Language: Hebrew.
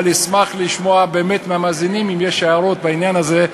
אבל אשמח לשמוע באמת מהמאזינים אם יש הערות בעניין הזה,